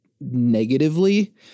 negatively